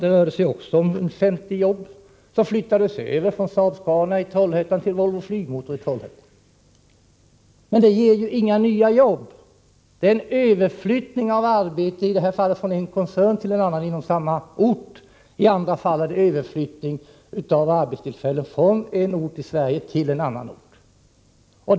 Också där var det fråga om 50 jobb som flyttades över från Saab-Scania i Trollhättan till Volvo Flygmotor i Trollhättan. Men det ger ju inga nya jobb, utan det är i det ena fallet en överflyttning av arbeten från en koncern till en annan på samma ort och i det andra fallet en överflyttning av arbetstillfällen från en ort i Sverige till en annan ort.